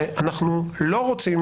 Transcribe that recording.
שאנחנו לא רוצים.